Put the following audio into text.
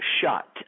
shut